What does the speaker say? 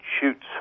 shoots